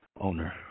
owner